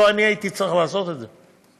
לא אני הייתי צריך לעשות את זה.